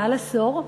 מעל עשור,